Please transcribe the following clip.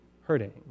hurting